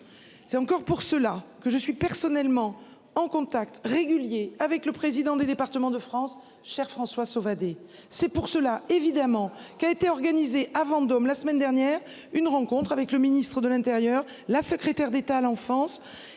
C'est encore pour cela que je suis personnellement en contact régulier avec le président des départements de France, cher François Sauvadet. C'est pour cela, évidemment qui a été organisée avant-Vendôme la semaine dernière, une rencontre avec le ministre de l'Intérieur. La secrétaire d'État à l'enfance